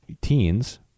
teens